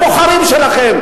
החוץ.